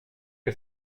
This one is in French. que